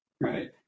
right